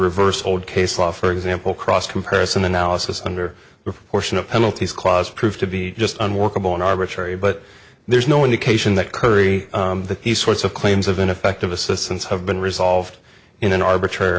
reverse old case law for example cross comparison analysis under the fortune of penalties clause proved to be just unworkable in arbitrary but there's no indication that curry that these sorts of claims of ineffective assistance have been resolved in an arbitrary